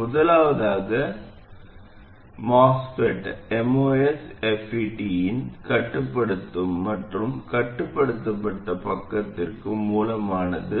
முதலாவதாக MOSFET இன் கட்டுப்படுத்தும் மற்றும் கட்டுப்படுத்தப்பட்ட பக்கத்திற்கு மூலமானது